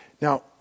Now